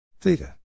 Theta